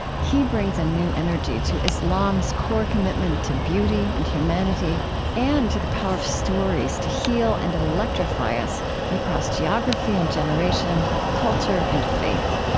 he brings a new energy to islam's core commitment to beauty and humanity and to the power of stories to heal and electrify us across geography and generation, culture and faith.